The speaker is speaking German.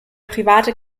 private